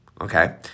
okay